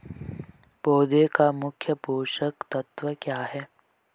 पौधें का मुख्य पोषक तत्व क्या है?